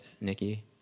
Nikki